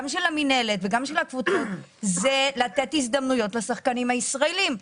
גם של המינהלת וגם של הקבוצות זה לתת הזדמנויות לשחקנים הישראלים.